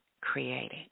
created